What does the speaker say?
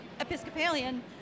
Episcopalian